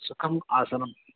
सुखम् आसनम्